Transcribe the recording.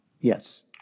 Yes